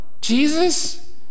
Jesus